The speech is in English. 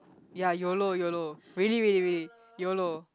ya yolo yolo really really really yolo